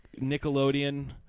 Nickelodeon-